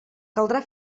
caldrà